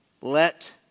let